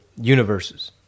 universes